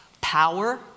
Power